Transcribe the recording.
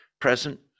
present